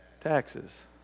Taxes